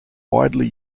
widely